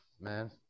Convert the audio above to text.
man